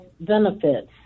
benefits